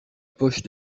poche